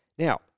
Now